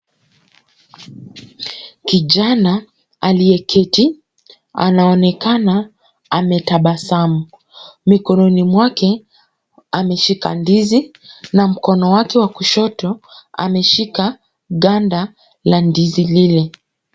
Kijana aliyeketi, anaonekana ametabasamu. Mikononi mwake ameshika ndizi na mkono wake wa kushoto ameshika ganda la ndizi lile.